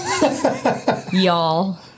Y'all